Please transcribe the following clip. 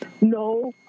No